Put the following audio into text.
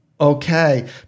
Okay